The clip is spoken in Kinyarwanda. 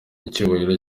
icyubahiro